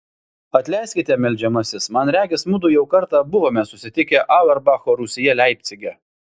atleiskite meldžiamasis man regis mudu jau kartą buvome susitikę auerbacho rūsyje leipcige